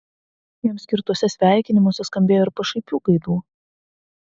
jiems skirtuose sveikinimuose skambėjo ir pašaipių gaidų